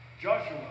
Joshua